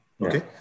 Okay